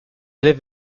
live